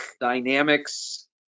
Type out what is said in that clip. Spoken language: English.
dynamics